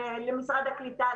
למשרד הקליטה,